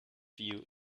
view